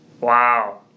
Wow